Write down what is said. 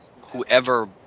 whoever